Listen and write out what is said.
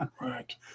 Right